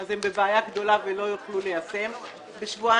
היא בבעיה גדולה ולא יוכלו ליישם בשבועיים.